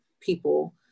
people